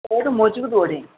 ওটা মজবুত বডি